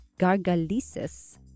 gargalesis